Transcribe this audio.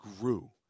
grew